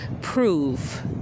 prove